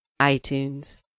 iTunes